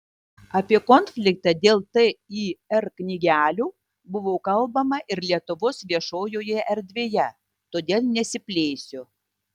apie konfliktą dėl tir knygelių buvo kalbama ir lietuvos viešojoje erdvėje todėl nesiplėsiu